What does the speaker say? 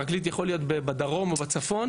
פרקליט יכול להיות בדרום או בצפון.